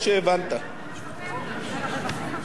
אדוני היושב-ראש,